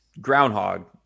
groundhog